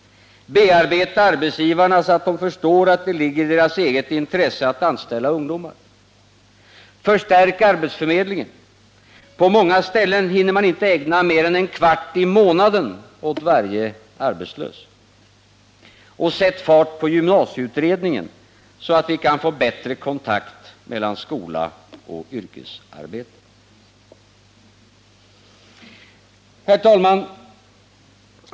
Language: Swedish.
Bearbeta arbetsgivarna så att de förstår att det ligger i deras eget intresse att anställa ungdomar! Förstärk arbetsförmedlingen — på många ställen hinner man inte ägna mer än en kvart i månaden åt varje arbetslös. Och sätt fart på gymnasieutredningen, så att vi kan få bättre kontakt mellan skola och yrkesarbete! Herr talman!